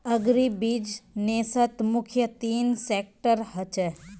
अग्रीबिज़नेसत मुख्य तीन सेक्टर ह छे